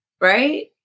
right